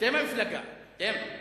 אתם המפלגה, אתם.